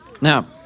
Now